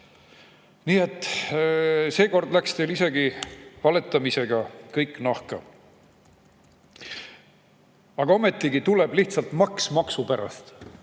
Nii et seekord läks teil isegi valetamisel kõik nahka. Ometigi tuleb lihtsalt maks maksu pärast,